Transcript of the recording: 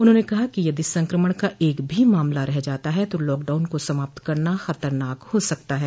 उन्होंने कहा कि यदि संक्रमण का एक भी मामला रह जाता है ता लॉकडाउन को समाप्त करना खतरनाक हो सकता है